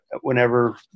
whenever